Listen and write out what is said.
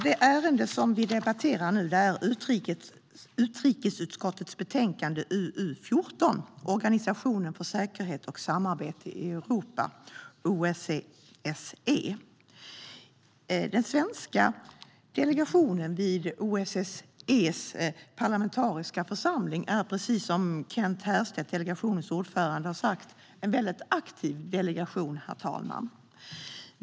Herr talman! Vi debatterar nu utrikesutskottets betänkande UU14 Organisationen för säkerhet och samarbete i Europa . Precis som delegationens ordförande Kent Härstedt har sagt är den svenska delegationen till OSSE:s parlamentariska församling en väldigt aktiv delegation, herr talman.